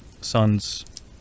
son's